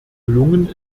gelungen